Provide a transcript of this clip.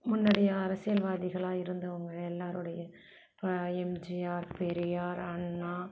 முன்னாடி அரசியல்வாதிகளாக இருந்தவங்க எல்லாருடைய இப்போ எம்ஜிஆர் பெரியார் அண்ணா